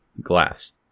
glass